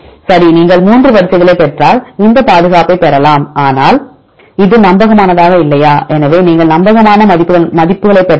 சரி நீங்கள் 3 வரிசை களை பெற்றால் இந்த பாதுகாப்பைப் பெறலாம் ஆனால் இது நம்பகமானதா இல்லையா எனவே நீங்கள் நம்பகமான மதிப்புகளைப் பெற்றால்